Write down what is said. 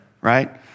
right